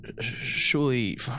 surely